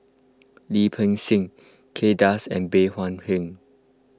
Lim Peng Siang Kay Das and Bey Hua Heng